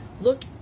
look